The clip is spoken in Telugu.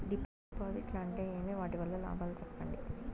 డిపాజిట్లు అంటే ఏమి? వాటి వల్ల లాభాలు సెప్పండి?